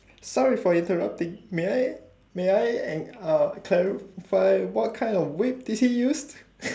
sorry for interrupting may I may I e~ uh clarify what kind of whip did he used